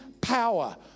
power